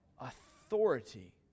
authority